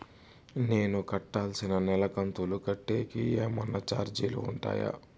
నేను కట్టాల్సిన నెల కంతులు కట్టేకి ఏమన్నా చార్జీలు ఉంటాయా?